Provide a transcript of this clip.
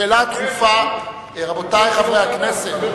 רבותי חברי הכנסת.